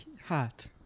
Hot